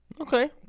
Okay